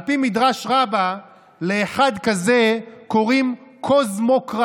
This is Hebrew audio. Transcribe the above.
על פי מדרש רבה לאחד כזה קוראים קוסמוקרט.